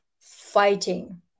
fighting